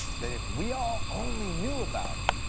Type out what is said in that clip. that if we all only knew about it